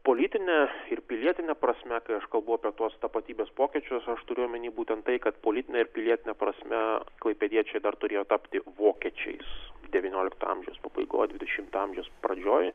politine ir pilietine prasme kai aš kalbu apie tuos tapatybės pokyčius aš turiu omeny būtent tai kad politine ir pilietine prasme klaipėdiečiai dar turėjo tapti vokiečiais devyniolikto amžiaus pabaigoj dvidešimto amžiaus pradžioj